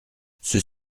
ceux